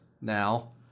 now